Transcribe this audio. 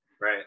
Right